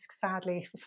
sadly